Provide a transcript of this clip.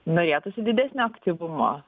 norėtųsi didesnio aktyvumo